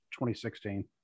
2016